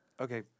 okay